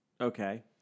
Okay